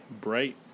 Bright